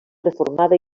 reformada